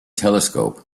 telescope